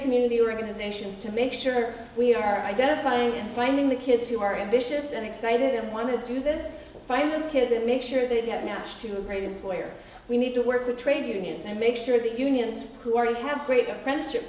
community organizations to make sure we are identifying and finding the kids who are ambitious and excited and want to do this find those kids and make sure they get now to a great employer we need to work with trade unions and make sure that unions who already have great apprenticeship